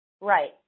Right